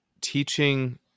teaching